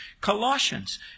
Colossians